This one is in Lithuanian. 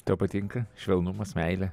tau patinka švelnumas meilė